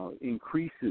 increases